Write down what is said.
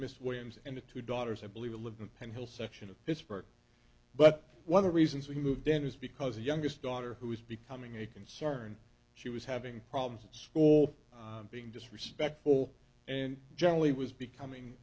miss williams and the two daughters i believe live in penn hill section of pittsburgh but one of the reasons we moved in is because the youngest daughter who is becoming a concern she was having problems at school being disrespectful and generally was becoming